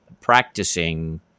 practicing